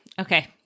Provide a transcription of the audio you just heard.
Okay